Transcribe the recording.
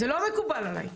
זה לא מקובל עלי.